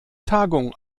tagung